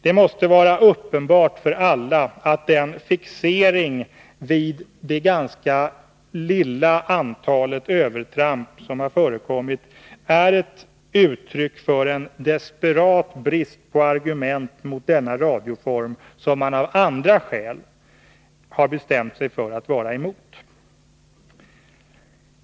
Det måste vara uppenbait för alla att den fixering vid det ganska lilla antalet övertramp som har förekommit i närradion är ett uttryck för en desperat brist på argument mot denna radioform, som man av andra skäl har bestämt sig för att vara emot.